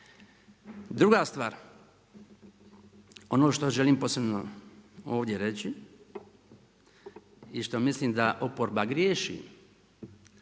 Druga stvar, ono što želim posebno ovdje reći i što mislim da oporba griješi,